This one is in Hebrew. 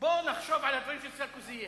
בואו נחשוב על הדברים של סרקוזי,